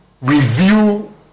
review